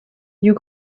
you